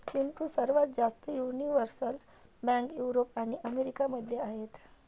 चिंटू, सर्वात जास्त universal bank Europe आणि अमेरिका मध्ये आहेत